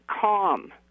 calm